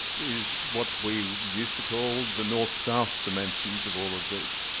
is what we used to call the north south dimensions of all of this.